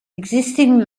existing